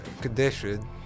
condition